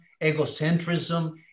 egocentrism